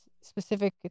specific